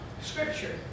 Scripture